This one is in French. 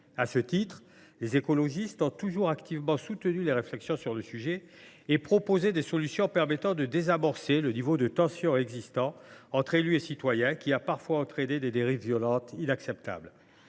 À ce titre, les écologistes ont toujours activement soutenu les réflexions sur le sujet et proposé des solutions permettant de désamorcer le niveau de tension existant entre élus et citoyens, qui a parfois entraîné des dérives violentes inacceptables.